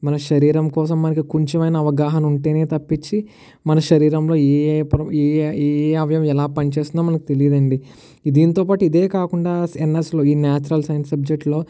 మన శరీరం కోసం మనకి కొంచెమైనా అవగాహన ఉంటేనే తప్పిచ్చి మన శరీరంలో ఏయే ప ఏయే అవయవం ఎలా పని చేస్తుందో మనకు తెలియదు అండి దీనితో పాటు ఇదే కాకుండా ఎన్ఎస్లో ఈ నాచురల్ సైన్స్ సబ్జెక్ట్లో